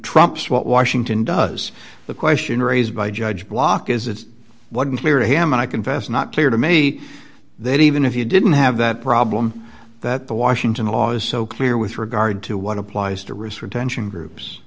what washington does the question raised by judge block is it wasn't clear to him and i confess not clear to me that even if you didn't have that problem that the washington law is so clear with regard to what applies to risk retention groups